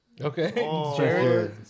Okay